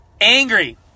Angry